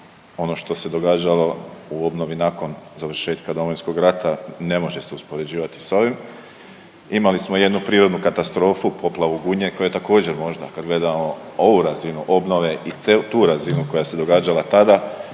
ono što se događalo u obnovi nakon završetka Domovinskog rata ne može se uspoređivati s ovim. Imali smo jednu prirodnu katastrofu, poplavu Gunje koja također možda kad gledamo ovu razinu obnove i tu razinu koja se događala tada